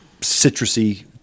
citrusy